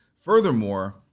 Furthermore